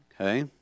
Okay